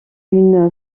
une